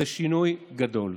זה שינוי גדול.